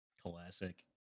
Classic